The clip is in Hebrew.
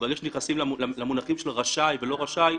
למה להיכנס למונחים של רשאי, לא רשאי?